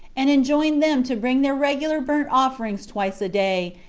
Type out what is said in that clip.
and enjoined them to bring their regular burnt-offerings twice a day,